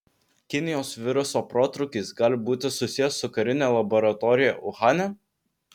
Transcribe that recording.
kinijos viruso protrūkis gali būti susijęs su karine laboratorija uhane